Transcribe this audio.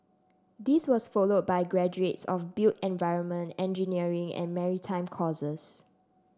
this was followed by graduates of built environment engineering and maritime courses